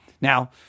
now